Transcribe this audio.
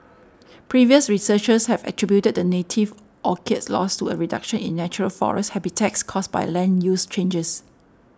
previous researchers have attributed the native orchid's loss to a reduction in natural forest habitats caused by land use changes